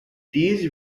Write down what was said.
these